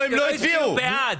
הם לא הצביעו בעד.